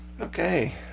Okay